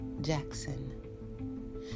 Jackson